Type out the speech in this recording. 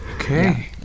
okay